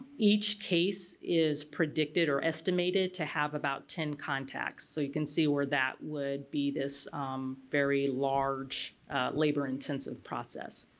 each case is predicted or estimated to have about ten contacts so you can see where that would be this very large labor-intensive process.